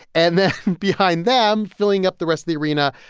and then behind them, filling up the rest of the arena,